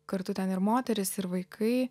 kartu ten ir moterys ir vaikai